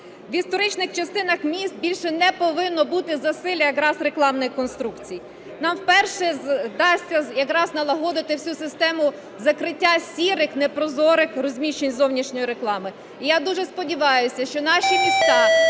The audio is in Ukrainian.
В історичних частинах міст більше не повинно бути засилля якраз рекламних конструкцій. Нам вперше вдасться якраз налагодити всю систему закриття "сірих", непрозорих розміщень зовнішньої реклами. І я дуже сподіваюся, що наші міста,